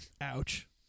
ouch